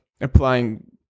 applying